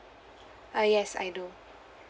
uh yes I do